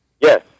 Yes